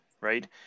right